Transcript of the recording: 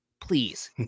please